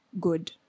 good